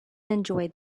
enjoyed